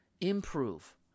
improve